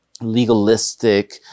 legalistic